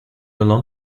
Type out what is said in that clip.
alone